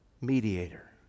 mediator